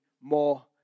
more